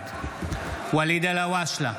בעד ואליד אלהואשלה,